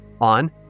on